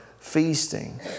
feasting